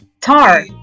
Tar